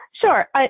Sure